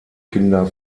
kinder